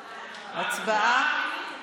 הצבעה?